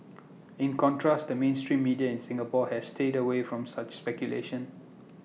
in contrast the mainstream media in Singapore has stayed away from such speculation